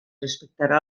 respectarà